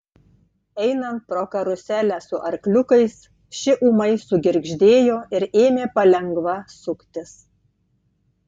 einant pro karuselę su arkliukais ši ūmai sugirgždėjo ir ėmė palengva suktis